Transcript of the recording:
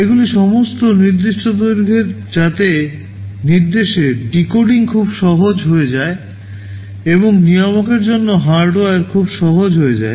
এগুলি সমস্ত নির্দিষ্ট দৈর্ঘ্যের যাতে নির্দেশের ডিকোডিং খুব সহজ হয়ে যায় এবং নিয়ামকের জন্য হার্ডওয়্যার খুব সহজ হয়ে যায়